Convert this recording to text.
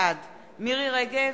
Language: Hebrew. בעד מירי רגב,